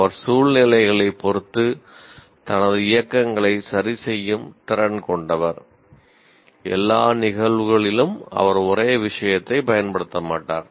அவர் சூழ்நிலைகளைப் பொறுத்து தனது இயக்கங்களை சரிசெய்யும் திறன் கொண்டவர் எல்லா நிகழ்வுகளிலும் அவர் ஒரே விஷயத்தைப் பயன்படுத்த மாட்டார்